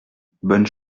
bonne